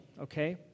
okay